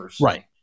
Right